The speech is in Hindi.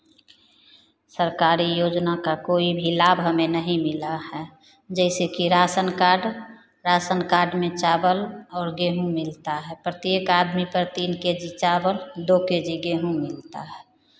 सरकारी योजना का कोई भी लाभ हमें नहीं मिला है जैसे कि राशन कार्ड राशन कार्ड में चावल और गेहूँ मिलता है प्रत्येक आदमी पर तीन के जी चावल दो के जी गेहूँ मिलता है